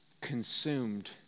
consumed